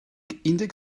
deg